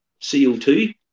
CO2